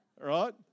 right